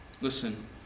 Listen